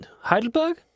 Heidelberg